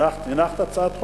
הנחת הצעת חוק?